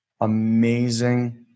amazing